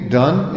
done